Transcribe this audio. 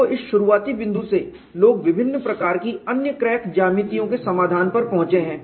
तो इस शुरुआती बिंदु से लोग विभिन्न प्रकार की अन्य क्रैक ज्यामितियों के समाधान पर पहुंचे हैं